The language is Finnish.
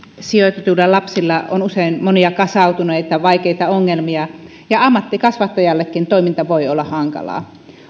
sijoitetuilla lapsilla on usein monia kasautuneita vaikeita ongelmia ja ammattikasvattajallekin toiminta voi olla hankalaa